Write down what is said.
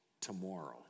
tomorrow